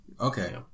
Okay